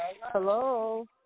Hello